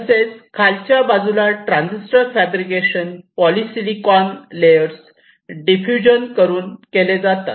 तसेच खालच्या बाजूला transistor fabrication polysilicon layers diffusion करून केले जाते